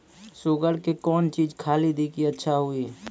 Sugar के कौन चीज खाली दी कि अच्छा हुए?